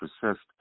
persist